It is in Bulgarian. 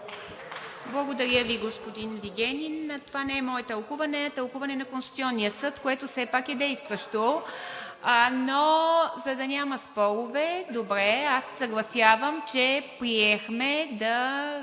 Благодаря Ви, господин Вигенин. Това не е мое тълкуване, а е тълкуване на Конституционния съд, което все пак е действащо. За да няма спорове, аз се съгласявам, че приехме да